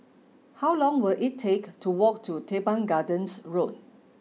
how long will it take to walk to Teban Gardens Road